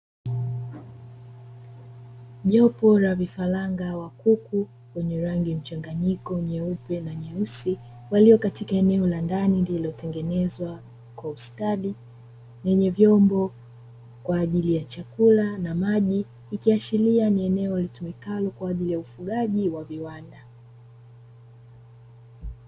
Jopo la vifaranga wa kuku wenye rangi mchanganyiko nyeupe na nyeusi waliokatika eneo la ndani lililotengenezwa kwa ustadi, lenye vyombo kwa ajili ya chakula na maji likiashiria ni eneo litumikalo kwa ajili ya ufugaji wa viwanda.